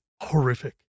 horrific